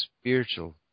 spiritual